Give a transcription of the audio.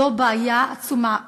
זו בעיה עצומה.